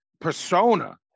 persona